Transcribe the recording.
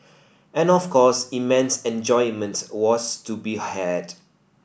and of course immense enjoyment was to be had